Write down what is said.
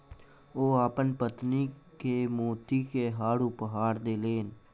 ओ अपन पत्नी के मोती के हार उपहार देलैन